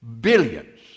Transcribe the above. billions